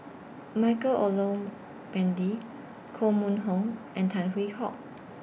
Michael Olcomendy Koh Mun Hong and Tan Hwee Hock